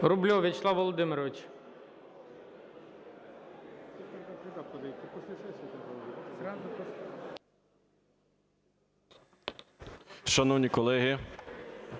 Рубльов Вячеслав Володимирович.